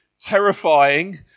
terrifying